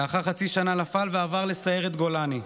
לאחר חצי שנה נפל ועבר לסיירת גולני.